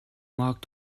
mark